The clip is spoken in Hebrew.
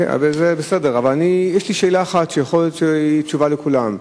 יש לי שאלה אחת, שיכול להיות שהיא תשובה לכולם.